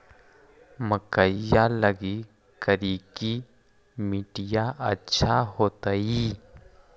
मकईया लगी करिकी मिट्टियां अच्छा होतई